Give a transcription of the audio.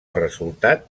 resultat